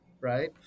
right